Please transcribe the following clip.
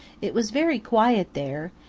it was very quiet there,